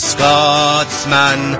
Scotsman